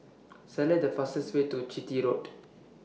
Select The fastest Way to Chitty Road